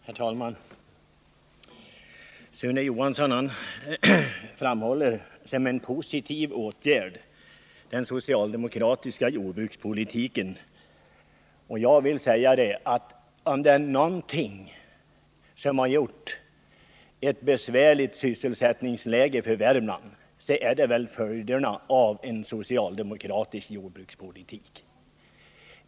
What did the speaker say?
Herr talman! Sune Johansson framhåller som en positiv åtgärd den socialdemokratiska jordbrukspolitiken. Jag vill säga att om det är någonting som har skapat ett besvärligt sysselsättningsläge för Värmland, så är det väl följderna av en socialdemokratisk jordbrukspolitik.